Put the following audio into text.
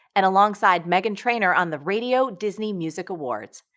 and alongside meghan trainor on the radio disney music awards.